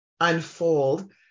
unfold